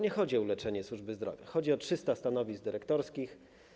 Nie chodzi o uleczenie służby zdrowia - chodzi o 300 stanowisk dyrektorskich.